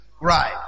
Right